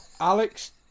Alex